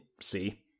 see